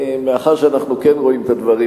מאחר שאנחנו כן רואים את הדברים,